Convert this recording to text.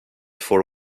for